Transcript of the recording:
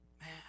Man